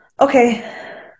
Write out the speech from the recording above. okay